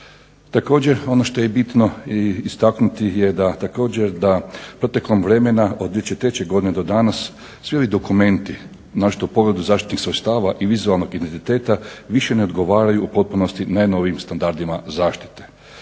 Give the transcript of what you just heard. Također ono što je bitno istaknuti je da, također da protekom vremena od 2003. godine do danas svi ovi dokumenti naročito u pogledu zaštite sredstava i vizualnog identiteta više ne odgovaraju u potpunosti najnovijim standardima zaštite.